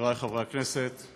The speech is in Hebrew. חברי חברי הכנסת,